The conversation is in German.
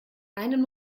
einen